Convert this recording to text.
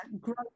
growth